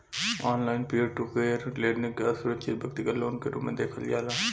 online peer to peer lending के असुरक्षित व्यतिगत लोन के रूप में देखल जाला